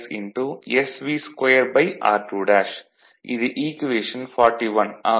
இது ஈக்குவேஷன் 41 ஆகும்